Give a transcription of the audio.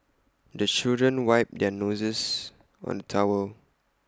the children wipe their noses on the towel